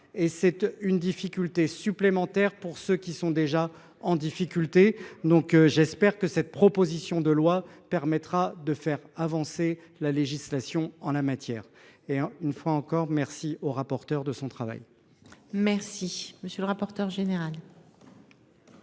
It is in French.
Et cette une difficulté supplémentaire pour ceux qui sont déjà en difficulté donc j'espère que cette proposition de loi permettra de faire avancer la législation en la matière et une fois encore merci au rapporteur de son travail. Merci monsieur le rapporteur général.